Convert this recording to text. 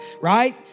right